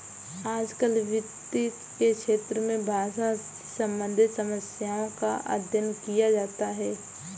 आजकल वित्त के क्षेत्र में भाषा से सम्बन्धित समस्याओं का अध्ययन किया जाता है